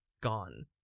gone